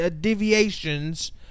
Deviations